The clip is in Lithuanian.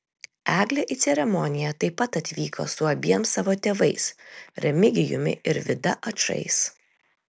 eglė į ceremoniją taip pat atvyko su abiem savo tėvais remigijumi ir vida ačais